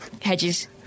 hedges